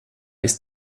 ist